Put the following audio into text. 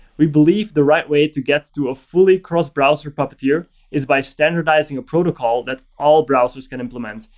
we believe the right way to get to a fully cross-browser puppeteer is by standardizing a protocol that all browsers can implement,